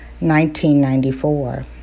1994